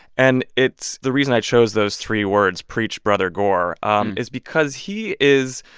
and it's the reason i chose those three words preach, brother gore um is because he is,